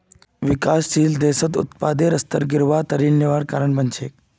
विकासशील देशत उत्पादेर स्तर गिरले त ऋण लिबार कारण बन छेक